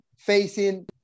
facing